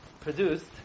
produced